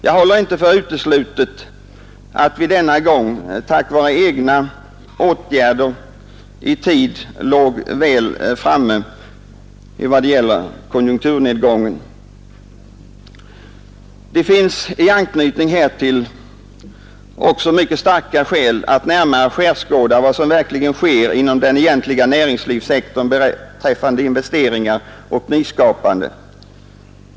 Jag håller inte för uteslutet att vi denna gång genom egna åtgärder väl hade förberett konjunkturnedgången. Det finns i anknytning härtill också mycket starka skäl att närmare skärskåda vad som verkligen sker inom den egentliga näringslivssektorn beträffande investeringar och nyskapande.